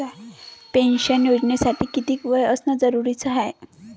Pension योजनेसाठी कितीक वय असनं जरुरीच हाय?